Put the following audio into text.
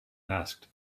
asked